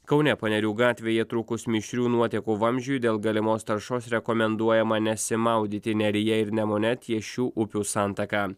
kaune panerių gatvėje trūkus mišrių nuotekų vamzdžiui dėl galimos taršos rekomenduojama nesimaudyti neryje ir nemune ties šių upių santaka